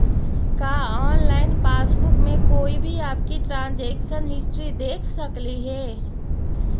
का online passbook में कोई भी आपकी ट्रांजेक्शन हिस्ट्री देख सकली हे